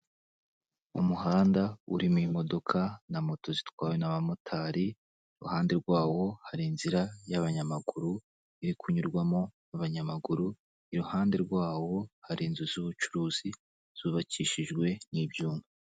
Umuhanda urimo imodokadoka na moto zitwawe n'abamotari, iruhande rwawo hari inzira y'abanyamaguru, iri kunyurwamo abanyamaguru, iruhande rwawo hari inzu z'ubucuruzi zubakishijwe n'ibyuma.